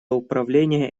управление